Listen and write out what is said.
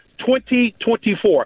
2024